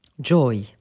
Joy